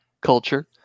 culture